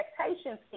expectations